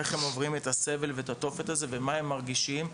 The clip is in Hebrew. איך הם עוברים את הסבב ואת התופת הזה ומה הם מרגישים,